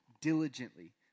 Diligently